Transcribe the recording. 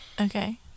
Okay